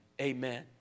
Amen